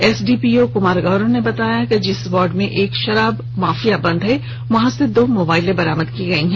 SDPO Kumar Gaurav ने बताया कि जिस वार्ड में एक शराब माफिया बन्द है वँहा से दो मोबाइल फोन बरामद हुआ है